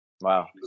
Wow